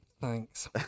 thanks